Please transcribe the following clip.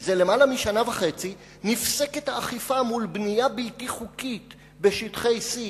זה למעלה משנה וחצי נפסקת האכיפה מול בנייה בלתי חוקית בשטחי C,